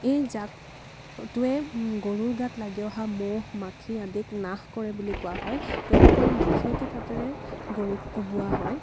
এই যাগ টোৱে গৰুৰ গাত লাগি অহা মহ মাখি আদিক নাশ কৰে বুলি কোৱা হয় তদুপৰি মাখিয়তী পাতেৰে গৰুক কোবোৱা হয়